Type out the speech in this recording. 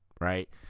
right